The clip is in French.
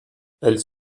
elles